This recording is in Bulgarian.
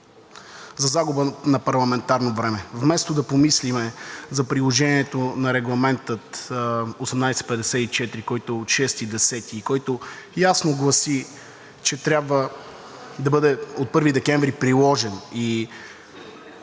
за загуба на парламентарно време. Вместо да помислим за приложението на Регламент 1854, който е от 6 октомври и който ясно гласи, че трябва да бъде от 1 декември приложен